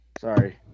Sorry